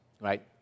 right